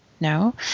No